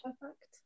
Perfect